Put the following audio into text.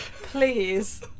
Please